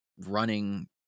Running